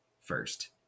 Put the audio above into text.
first